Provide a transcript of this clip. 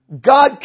God